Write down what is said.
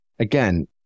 Again